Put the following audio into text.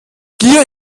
gier